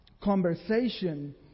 conversation